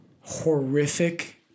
horrific